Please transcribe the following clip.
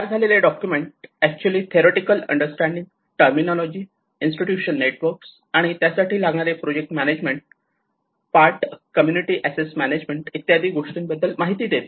तयार झालेले document actually theoretical understanding terminology institution network आणि त्यासाठी लागणारे project management part community asset management इत्यादी गोष्टींबद्दल माहिती देते